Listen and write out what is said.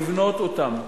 לבנות אותן.